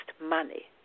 money